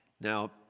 Now